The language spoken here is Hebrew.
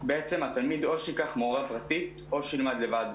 בעצם התלמיד, או שייקח מורה פרטית או שילמד לבד.